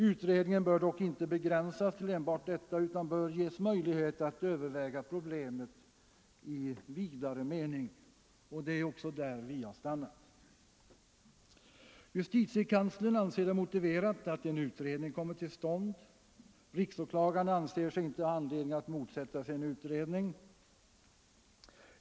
Utredningen bör dock inte begränsas till enbart detta utan bör ges möjlighet att överväga problemet i vidare mening. Det är det vi har anslutit oss till. Justitiekanslern anser det motiverat att en utredning kommer till stånd. Riksåklagaren anser sig icke ha anledning att motsätta sig en utredning.